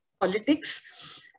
politics